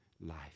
life